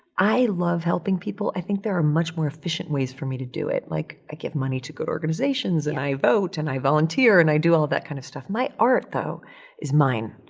i love helping people. i think there are much more efficient ways for me to do it. like, i give money to good organizations and i vote and i volunteer and i do all of that kind of stuff. my art though is mine.